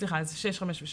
סליחה, זה 6, 5 ו-3.